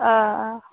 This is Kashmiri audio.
آ آ